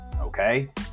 Okay